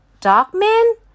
Dogman